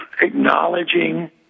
acknowledging